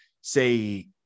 say